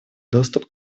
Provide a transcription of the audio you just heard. доступ